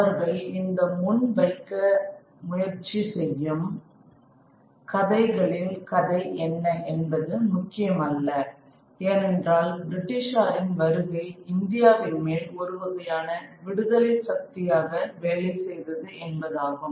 அவர்கள் இந்த முன் வைக்க முயற்சி செய்யும் கதைகளின் கதை என்ன என்பது முக்கியமல்ல ஏனென்றால் பிரிட்டிஷாரின் வருகை இந்தியாவின் மேல் ஒருவகையான விடுதலைச் சக்தியாக வேலை செய்தது என்பதாகும்